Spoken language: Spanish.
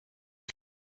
que